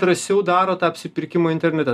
drąsiau daro tą apsipirkimą internete